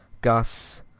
Gus